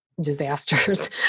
disasters